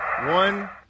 one